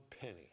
penny